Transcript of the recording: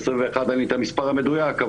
אין לי את המספר המדויק,